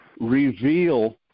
reveal